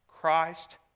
Christ